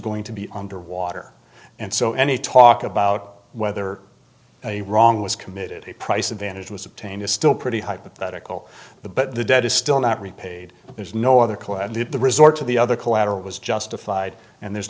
going to be underwater and so any talk about whether a wrong was committed a price advantage was obtained is still pretty hypothetical the but the debt is still not repaid there is no other claim that the resort to the other collateral was justified and there's